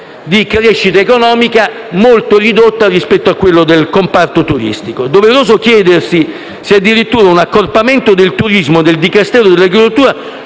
di crescita economica molto ridotta rispetto a quella del comparto turistico. È doveroso chiedersi se, addirittura, un accorpamento del turismo al Dicastero dell'agricoltura